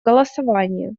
голосования